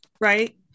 right